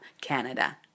Canada